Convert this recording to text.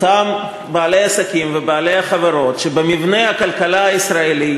אותם בעלי העסקים ובעלי החברות שבמבנה הכלכלה הישראלי